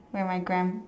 when my gramp~